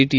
T